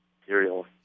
material